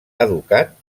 educat